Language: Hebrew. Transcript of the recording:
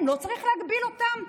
הם, לא צריך להגביל אותם?